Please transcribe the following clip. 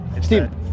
Steve